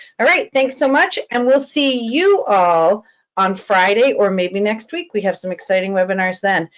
all right, thanks so much and we'll see you all on friday or maybe next week. we have some exciting webinars then,